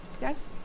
Yes